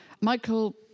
Michael